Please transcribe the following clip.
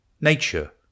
Nature